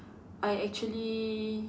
I actually